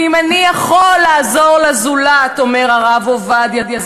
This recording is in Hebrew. ואם אני יכול לעזור לזולת" אומר הרב עובדיה,